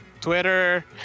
Twitter